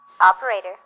Operator